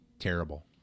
terrible